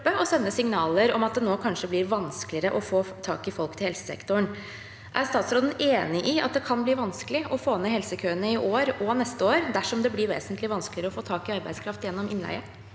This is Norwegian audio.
å sende signaler om at det nå kanskje blir vanskeligere å få tak i folk til helsesektoren. Er statsråden enig i at det kan bli vanskelig å få ned helsekøene i år og neste år dersom det blir vesentlig vanskeligere å få tak i arbeidskraft gjennom innleie?